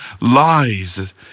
lies